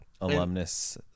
alumnus